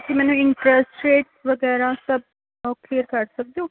ਅਤੇ ਮੈਨੂੰ interest rate ਵਗੈਰਾ ਸਭ ਉਹ ਕਲੀਅਰ ਕਰ ਸਕਦੇ ਹੋ